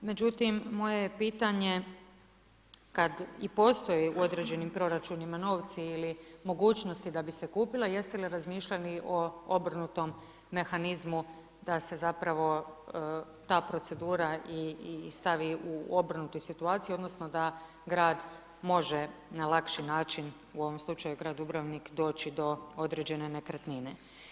Međutim, moje je pitanje kada i postoje u određenim proračunima novci ili mogućnosti da bi se kupilo jeste li razmišljali o obrnutom mehanizmu da se zapravo ta procedura stavi u obrnutu situaciju odnosno da grad može na lakši način, u ovom slučaju grad Dubrovnik doći do određene nekretnine.